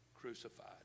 crucified